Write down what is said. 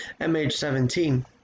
MH17 –